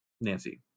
Nancy